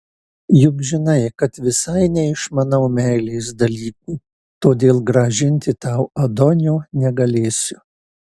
juk žinai kad visai neišmanau meilės dalykų todėl grąžinti tau adonio negalėsiu